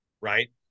right